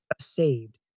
saved